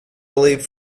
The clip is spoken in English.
believe